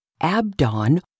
Abdon